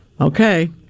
Okay